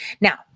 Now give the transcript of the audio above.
Now